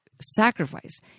sacrifice